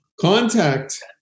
contact